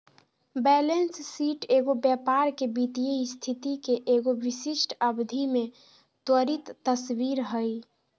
balance sheet एगो व्यापार के वित्तीय स्थिति के एगो विशिष्ट अवधि में त्वरित तस्वीर हइ